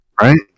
Right